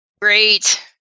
Great